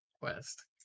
quest